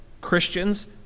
Christians